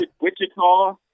Wichita